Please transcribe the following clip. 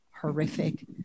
horrific